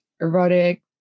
erotic